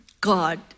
god